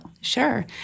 Sure